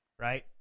right